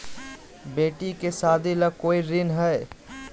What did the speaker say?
बेटी के सादी ला कोई ऋण हई?